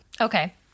Okay